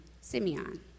Simeon